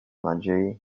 nadziei